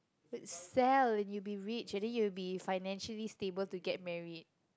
sell and you will be rich and then you will be financially stable to get married